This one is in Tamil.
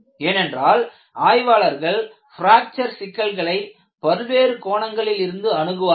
ஏனென்றால் ஆய்வாளர்கள் பிராக்ச்சர் சிக்கல்களை பல்வேறு கோணங்களிலிருந்து அணுகுவார்கள்